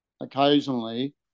occasionally